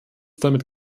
damit